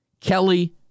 Kelly